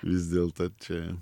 vis dėlto čia